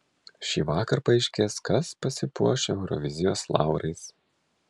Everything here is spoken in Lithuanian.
šįvakar paaiškės kas pasipuoš eurovizijos laurais